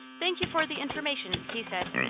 thank you for the information, he said.